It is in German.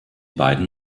beiden